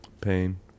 pain